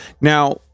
Now